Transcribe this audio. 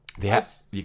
Yes